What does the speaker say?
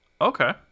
okay